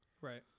Right